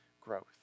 growth